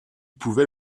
pouvait